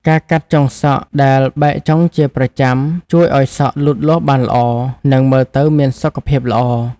ការកាត់ចុងសក់ដែលបែកចុងជាប្រចាំ ជួយឱ្យសក់លូតលាស់បានល្អ និងមើលទៅមានសុខភាពល្អ ។